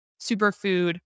superfood